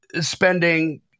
spending